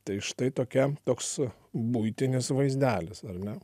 tai štai tokia toks buitinis vaizdelis ar ne